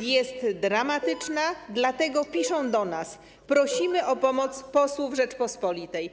jest dramatyczna, dlatego piszą do nas: „Prosimy o pomoc posłów Rzeczypospolitej”